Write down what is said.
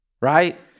right